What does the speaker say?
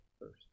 first